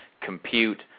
compute